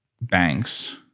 banks